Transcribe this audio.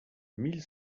mille